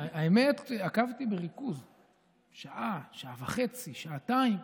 האמת, עקבתי בריכוז שעה, שעה וחצי, שעתיים,